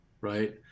right